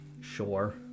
Sure